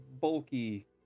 bulky